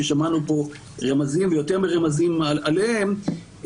ששמענו פה רמזים ויותר מרמזים עליהם,